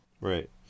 Right